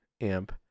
amp